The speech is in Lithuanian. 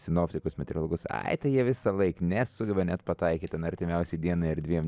sinoptikus meteorologus ai tai jie visąlaik nesugeba net pataikyt ten artimiausiai dienai ar dviem